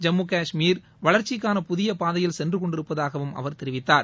ஜம்மு காஷ்மீர் வளர்ச்சிகான புதிய பாதையில் சென்று கொண்டிருப்பதாகவும் அவர் தெரிவித்தார்